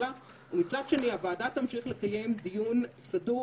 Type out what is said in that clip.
הממשלה וגם הוועדה תמשיך לקיים דיון סדור,